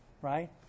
right